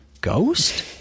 ghost